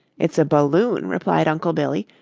it's a balloon, replied uncle billy.